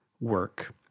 work